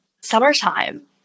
summertime